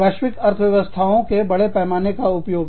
वैश्विक अर्थव्यवस्थाओं के बड़े पैमाने का उपयोग